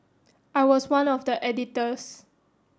I was one of the editors